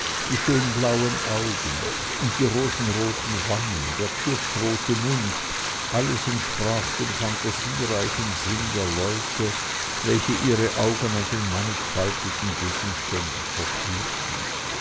die schönblauen augen und die rosenroten wangen der kirschrote mund alles entsprach dem phantasiereichen sinne der leute welche ihre augen an den mannigfaltigen gegenständen vergnügten